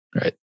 Right